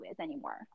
anymore